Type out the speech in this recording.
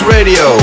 Radio